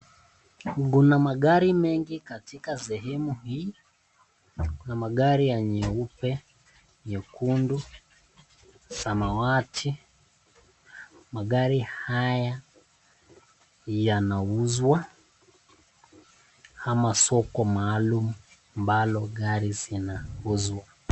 Kuna magari mengi katika sehemu hii na kuna magari ya nyeupe, nyekundu, samawati. Magari haya yanauzwa ama soko maalum ambalo gari zinauzwa.